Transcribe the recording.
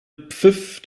pfiff